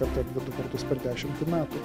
vieną ar du kartus per dešimtį metų